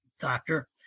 doctor